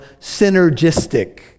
synergistic